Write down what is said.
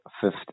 fifth